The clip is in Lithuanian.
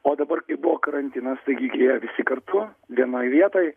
o dabar kai buvo karantinas taigi jie visi kartu vienoj vietoj